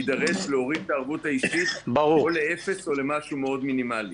יידרש להוריד את הערבות האישית לאפס או למשהו מאוד מינימלי.